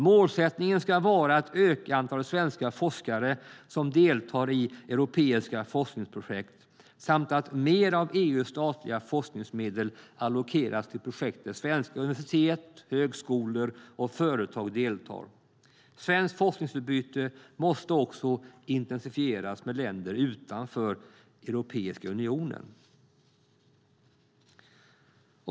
Målsättningen ska vara att öka antalet svenska forskare som deltar i europeiska forskningsprojekt samt att mer av EU:s statliga forskningsmedel allokeras till projekt där svenska universitet, högskolor och företag deltar. Svenskt forskningsutbyte måste också intensifieras med länder utanför Europeiska unionen.